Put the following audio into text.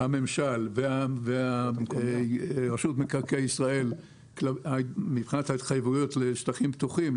הממשל ורשות מקרקעי ישראל מבחינת ההתחייבויות לשטחים פתוחים,